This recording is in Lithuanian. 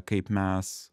kaip mes